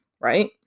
right